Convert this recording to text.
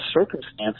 circumstances